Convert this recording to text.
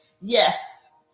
yes